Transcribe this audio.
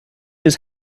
his